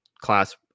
class